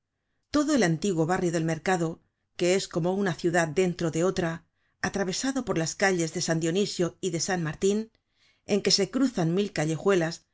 todo el antiguo barrio del mercado que es como una ciudad dentro de otra atravesado por las calles de san dionisio y de san martin en que se cruzan mil callejuelas